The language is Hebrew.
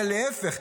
אלא להפך.